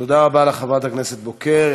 תודה רבה לחברת הכנסת בוקר.